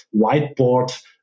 whiteboard